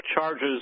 charges